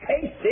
Casey